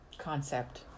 concept